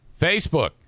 Facebook